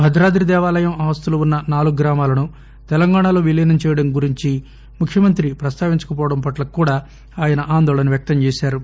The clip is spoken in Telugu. భద్రాద్రి దేవాలయం ఆస్తులు ఉన్న నాలుగు గ్రామాలను తెలంగాణలో విలీనం చేయడం గురించి ముఖ్యమంత్రి ప్రస్తావించకపోవడం పట్ల కూడా ఆయన ఆందోళన వ్యక్తం చేసారు